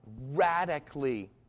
radically